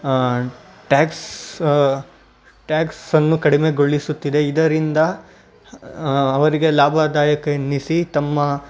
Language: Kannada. ಟ್ಯಾಕ್ಸ್ ಟ್ಯಾಕ್ಸನ್ನು ಕಡಿಮೆಗೊಳಿಸುತ್ತಿದೆ ಇದರಿಂದ ಅವರಿಗೆ ಲಾಭದಾಯಕ ಎನ್ನಿಸಿ ತಮ್ಮ